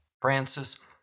Francis